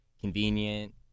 convenient